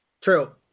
True